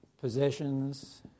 possessions